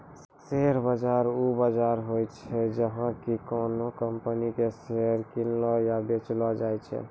share बाजार उ बजार होय छै जैठां कि कोनो कंपनी के शेयर किनलो या बेचलो जाय छै